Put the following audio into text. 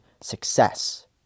success